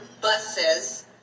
buses